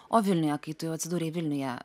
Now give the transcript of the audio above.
o vilniuje kai tu jau atsidūrei vilniuje